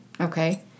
Okay